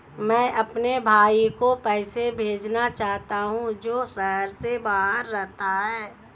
मैं अपने भाई को पैसे भेजना चाहता हूँ जो शहर से बाहर रहता है